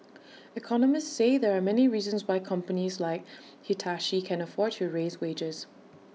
economists say there are many reasons why companies like Hitachi can afford to raise wages